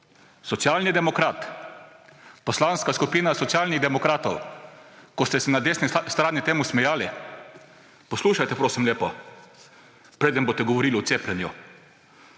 socialni demokrat, Poslanska skupina Socialnih demokratov, ko ste se na desni strani temu smejali, poslušajte, prosim lepo, preden boste govorili o cepljenju,